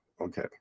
Okay